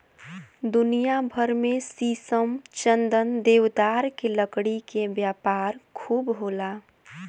दुनिया भर में शीशम, चंदन, देवदार के लकड़ी के व्यापार खूब होला